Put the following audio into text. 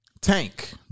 Tank